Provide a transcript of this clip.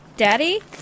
Daddy